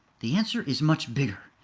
the answer is much bigger.